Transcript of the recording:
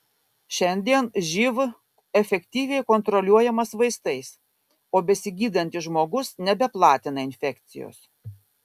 šiandien živ efektyviai kontroliuojamas vaistais o besigydantis žmogus nebeplatina infekcijos